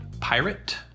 pirate